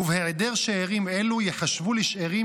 ובהיעדר שאירים אלו ייחשבו לשאירים